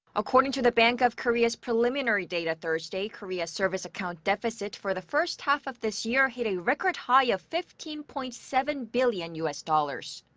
according to the bank of korea's preliminary data thursday, korea's service account deficit for the first half of this year hit a record high of fifteen point seven billion u s. dollars.